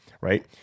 right